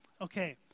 Okay